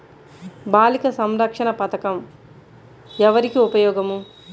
బాలిక సంరక్షణ పథకం ఎవరికి ఉపయోగము?